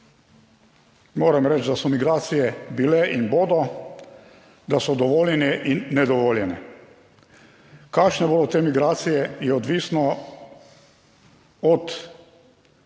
moram reči, da so migracije bile in bodo, da so dovoljene in nedovoljene. Kakšne bodo te migracije, je odvisno od